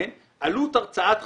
עלות הרצאת חסות,